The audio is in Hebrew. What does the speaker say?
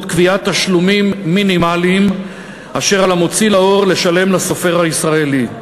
קביעת תשלומים מינימליים אשר על המוציא לאור לשלם לסופר הישראלי.